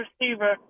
receiver